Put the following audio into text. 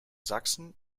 sachsen